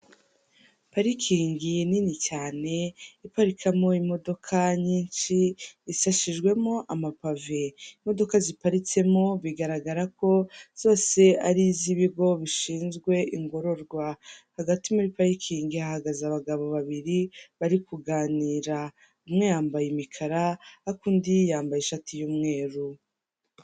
Parikingi nini cyane iparirikamo imodoka nyinshi, isashijwemo amapave. Imodoka ziparitsemo bigaragara ko zose ari iz'ibigo bishinzwe ingororwa. Hagati muri parikingi hahagaze abagabo babiri bari kuganira. Umwe yambaye imikara, ariko undi yambaye ishati y'umweru.